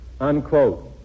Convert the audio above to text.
Unquote